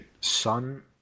Sun